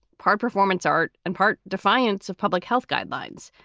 part performance art and part defiance of public health guidelines,